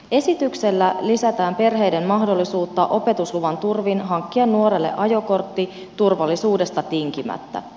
esityksellä lisätään perheiden mahdollisuutta opetusluvan turvin hankkia nuorelle ajokortti turvallisuudesta tinkimättä